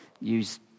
use